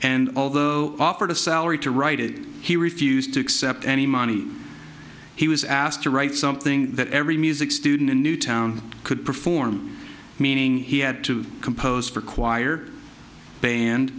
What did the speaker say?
and although offered a salary to write it he refused to accept any money he was asked to write something that every music student in newtown could perform meaning he had to compose for choir band